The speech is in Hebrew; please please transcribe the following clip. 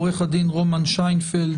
עו"ד רומן שיינפלד,